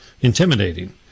intimidating